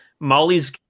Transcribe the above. Molly's